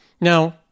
Now